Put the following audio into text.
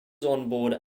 onboard